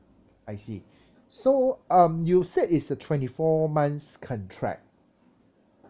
I see so um you said it's a twenty four months contract